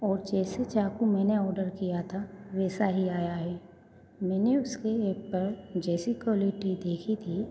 और जैसे चाकू मैंने ऑडर किया था वैसा ही आया है मैंने उसके एप पर जैसी क्वालिटी देखी थी